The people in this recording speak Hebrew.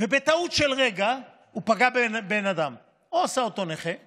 ובטעות של רגע הוא פגע באדם והפך אותו נכה או,